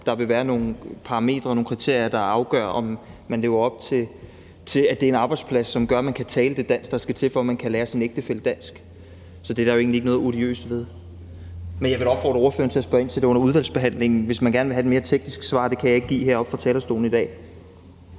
der vil være nogle parametre og nogle kriterier, der afgør, om man lever op til det, altså at det er en arbejdsplads, der gør, at man kan tale det dansk, der skal til, for at man kan lære sin ægtefælle dansk. Så det er der jo egentlig ikke noget odiøst ved. Men jeg vil da opfordre ordføreren til at spørge ind til det under udvalgsbehandlingen, hvis man gerne vil have et mere teknisk svar. Det kan jeg ikke give heroppe fra talerstolen i dag.